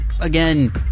again